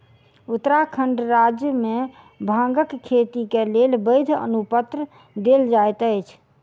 उत्तराखंड राज्य मे भांगक खेती के लेल वैध अनुपत्र देल जाइत अछि